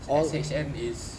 S_H_N is